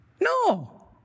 No